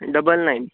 double nine